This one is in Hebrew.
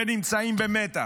ונמצאים במתח.